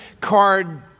card